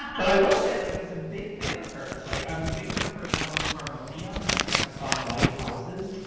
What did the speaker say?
but i will say like as a big fan of hers, like i was a big fan of her album harmonium, that's got the song white houses,